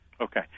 Okay